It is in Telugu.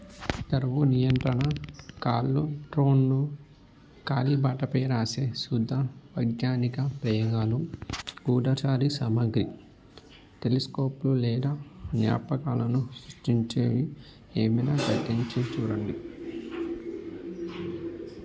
ఇతరువు నియంత్రణ కార్లు డ్రోన్లు కాలిబాటపై రాసే సుద్ద వైజ్ఞానిక ప్రయోగాలు గూఢచారి సామాగ్రి టెలిస్కోపు లేదా జ్ఞాపకాలను సృష్టించేవి ఏమైనా ప్రయత్నించి చూడండి